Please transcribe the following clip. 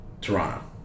Toronto